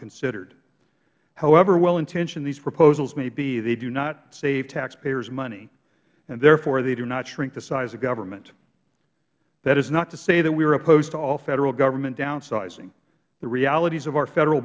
considered however wellintentioned these proposals may be they do not save taxpayers money and therefore they do not shrink the size of government that is not to say that we are opposed to all federal government downsizing the realities of our federal